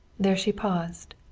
there she paused.